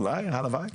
אולי, הלוואי.